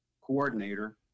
coordinator